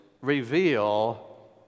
reveal